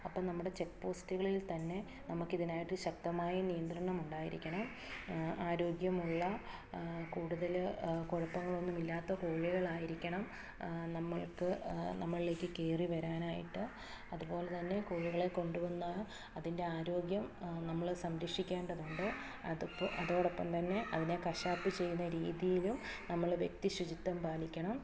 അപ്പം നമ്മുടെ ചെക്ക് പോസ്റ്റുകളിൽ തന്നെ നമുക്കിതിനായിട്ട് ശക്തമായ നിയന്ത്രണം ഉണ്ടായിരിക്കണം ആരോഗ്യമുള്ള കൂടുതൽ കുഴപ്പങ്ങളൊന്നുമില്ലാത്ത കോഴികളായിരിക്കണം നമ്മൾക്ക് നമ്മളിലേക്ക് കേറി വരാനായിട്ട് അതുപോലെത്തന്നെ കോഴികളെ കൊണ്ടുവന്നാൽ അതിൻ്റെ ആരോഗ്യം നമ്മൾ സംരക്ഷിക്കേണ്ടതുണ്ട് അതൊപ്പം അതോടൊപ്പം തന്നെ അതിനെ കശാപ്പ് ചെയ്യുന്ന രീതിയിലും നമ്മൾ വ്യക്തിശുചിത്വം പാലിക്കണം